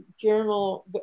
journal